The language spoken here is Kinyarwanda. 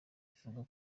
bivugwa